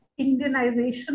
Indianization